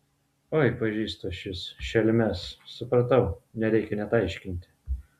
oi pažįstu aš jus šelmes supratau nereikia net aiškinti